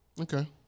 Okay